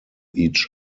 each